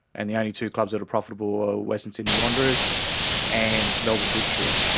and the only two clubs that are profitable are western sydney wanderers and melbourne victory.